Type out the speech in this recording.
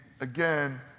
again